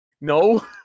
no